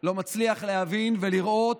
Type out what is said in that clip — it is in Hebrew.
לא מצליח להבין ולראות.